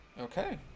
Okay